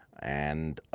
and